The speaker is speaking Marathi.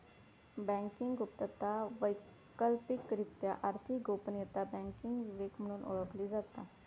बँकिंग गुप्तता, वैकल्पिकरित्या आर्थिक गोपनीयता, बँकिंग विवेक म्हणून ओळखली जाता